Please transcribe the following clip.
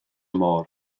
môr